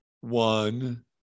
One